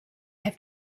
have